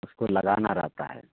उसको लगाना रहता है